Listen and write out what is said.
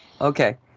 Okay